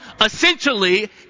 essentially